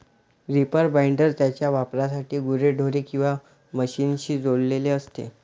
reaper binder त्याच्या वापरासाठी गुरेढोरे किंवा मशीनशी जोडलेले असते